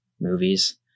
movies